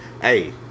hey